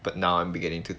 but now I'm beginning to